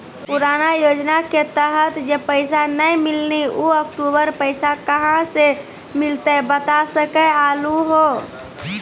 पुराना योजना के तहत जे पैसा नै मिलनी ऊ अक्टूबर पैसा कहां से मिलते बता सके आलू हो?